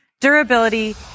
durability